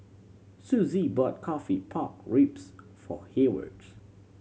Sussie bought coffee pork ribs for Heyward